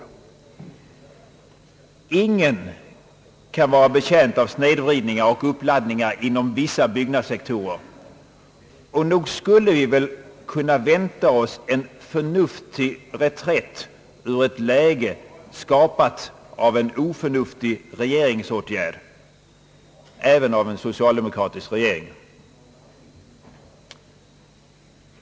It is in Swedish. Ingen kan vara betjänt av snedvridningar och uppladdningar inom vissa byggnadssektorer; och nog skulle vi väl kunna vänta oss en förnuftig reträtt ur ett läge skapat av Allmänpolitisk debatt en oförnuftig regeringsåtgärd — även av en socialdemokratisk regering.